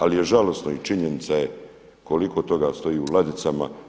Ali je žalosno i činjenica je koliko toga stoji u ladicama.